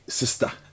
sister